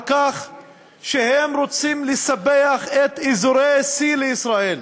על כך שהם רוצים לספח את אזורי C לישראל.